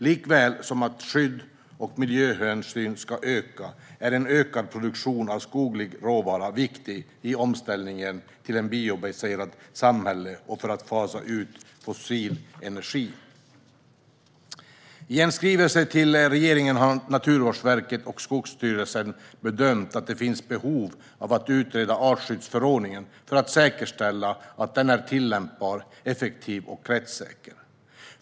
Likaväl som att skydd och miljöhänsyn ska öka är en ökad produktion av skoglig råvara viktigt i omställningen till ett biobaserat samhälle och för att fasa ut fossil energi. I en skrivelse till regeringen har Naturvårdsverket och Skogsstyrelsen bedömt att det finns behov av att utreda artskyddsförordningen för att säkerställa att den är tillämpbar, effektiv och rättssäker.